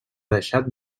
deixat